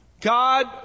God